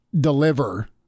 deliver